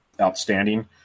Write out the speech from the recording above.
outstanding